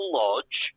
lodge